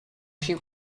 she